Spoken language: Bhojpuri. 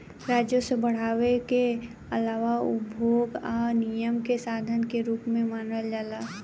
राजस्व बढ़ावे के आलावा उपभोग आ विनियम के साधन के रूप में मानल जाला